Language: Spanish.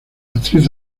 actriz